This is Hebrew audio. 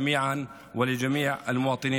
עבור כל האזרחים